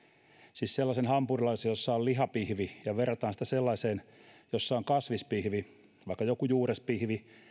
siis sellaisen hampurilaisen jossa on lihapihvi ja verrataan sitä sellaiseen jossa on kasvispihvi vaikka joku juurespihvi